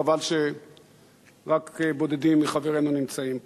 חבל שרק בודדים מחברינו נמצאים פה.